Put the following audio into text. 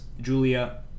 Julia